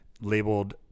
labeled